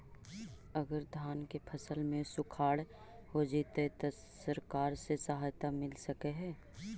अगर धान के फ़सल में सुखाड़ होजितै त सरकार से सहायता मिल सके हे?